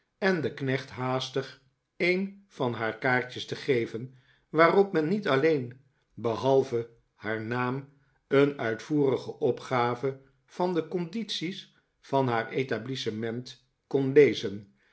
en den knecht haastig een van haar kaartjes te geven waarop men nitet alleen behalve haar naam een uitvoerige opgave van de condities van haar etablissement kon lezen